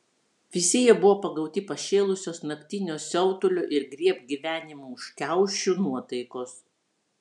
visi jie buvo pagauti pašėlusios naktinio siautulio ir griebk gyvenimą už kiaušių nuotaikos